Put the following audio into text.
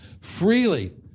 freely